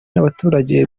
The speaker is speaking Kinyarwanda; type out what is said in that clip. n’abaturage